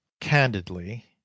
candidly